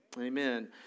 Amen